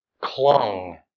clung